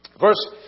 verse